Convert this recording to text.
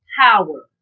power